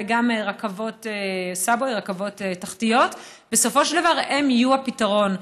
גם רכבות תחתיות בסופו של דבר הן יהיו הפתרון.